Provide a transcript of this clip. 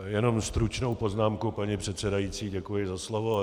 Jenom stručnou poznámku, paní předsedající, děkuji za slovo.